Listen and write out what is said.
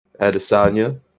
Adesanya